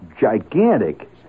gigantic